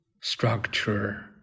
structure